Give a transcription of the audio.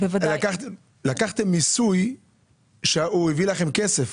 זה אומר שלקחתם מיסוי שהביא לכם כסף.